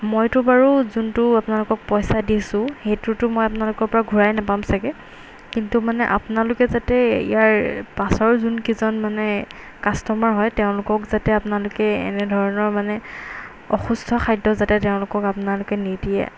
মইতো বাৰু যোনটো আপোনালোকক পইচা দিছোঁ সেইটোতো মই আপোনালোকৰপৰা ঘূৰাই নাপাম চাগৈ কিন্তু মানে আপোনালোকে যাতে ইয়াৰ পাছৰ যোনকেইজন মানে কাষ্টমাৰ হয় তেওঁলোকক যাতে আপোনালোকে এনেধৰণৰ মানে অসুস্থ খাদ্য যাতে তেওঁলোকক আপোনালোকে নিদিয়ে